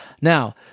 Now